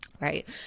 right